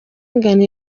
ingano